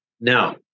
Now